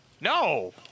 No